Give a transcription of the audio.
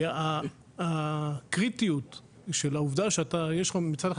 כי הקריטיות של העובדה שיש לך מצד אחד